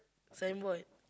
signboard